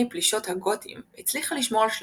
פלישות הגותים הצליחה לשמור על שלמותה,